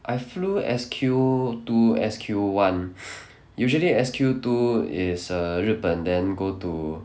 I flew S_Q two S_Q [one] usually S_Q two is err 日本 then go to